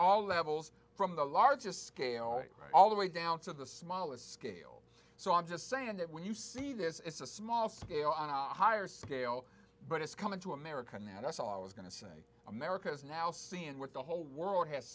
all levels from the largest scale all the way down to the smallest scale so i'm just saying that when you see this is a small scale on a higher scale but it's coming to america now that's all i was going to say america is now seeing what the whole world has